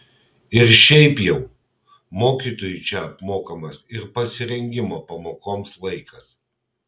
ir šiaip jau mokytojui čia apmokamas ir pasirengimo pamokoms laikas